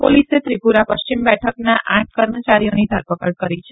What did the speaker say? પોલીસે ત્રિપુરા પશ્ચિમ બેઠકના આઠ કર્મચારીઓની ધરપકડ કરી છે